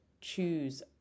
choose